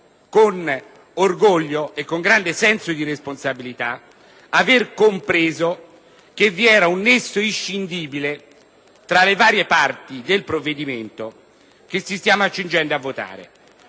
con orgoglio e con grande senso di responsabilità l'aver compreso che vi era un nesso inscindibile tra le varie parti del provvedimento che ci accingiamo a votare